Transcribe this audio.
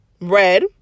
red